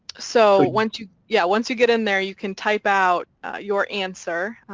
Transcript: so once you, yeah, once you get in there you can type out your answer.